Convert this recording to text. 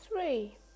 three